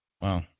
Wow